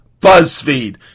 BuzzFeed